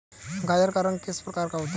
गाजर का रंग किस प्रकार का होता है?